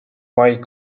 mike